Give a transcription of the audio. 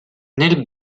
nel